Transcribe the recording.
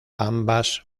ambas